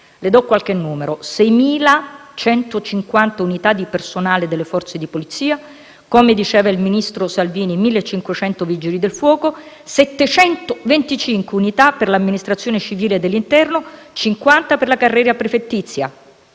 Le do qualche numero: 6.150 unità di personale delle Forze di polizia; come diceva il ministro Salvini, 1.500 vigili del fuoco; 725 unità per l'amministrazione civile dell'interno; 50 per la carriera prefettizia;